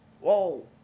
Whoa